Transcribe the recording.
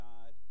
God